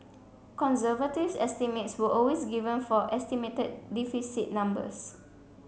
conservative estimates were always given for estimated deficit numbers